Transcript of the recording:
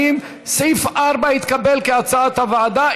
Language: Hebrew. סעיף 4 התקבל כהצעת הוועדה.